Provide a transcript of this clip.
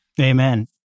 Amen